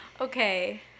Okay